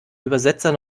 übersetzer